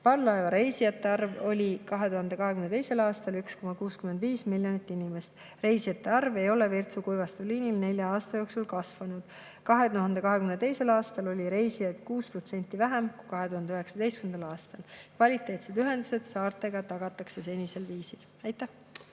Parvlaevareisijate arv oli 2022. aastal 1,65 miljonit inimest. Reisijate arv ei ole Virtsu–Kuivastu liinil nelja aasta jooksul kasvanud. 2022. aastal oli reisijaid 6% vähem kui 2019. aastal. Kvaliteetsed ühendused saartega tagatakse senisel viisil. Aitäh!